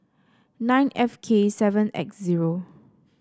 nine F K seven X zero